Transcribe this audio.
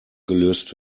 gelöst